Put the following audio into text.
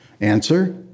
Answer